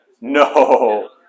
no